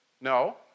no